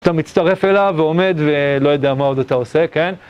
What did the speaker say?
אתה מצטרף אליו ועומד ולא יודע מה עוד אתה עושה, כן?